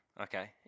okay